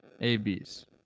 ABs